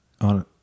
on